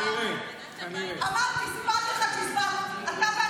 אני מקווה שאמרת את מה שאמרת --- הדברים,